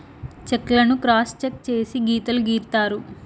check లను cross cheque చేసి గీతలు గీత్తారు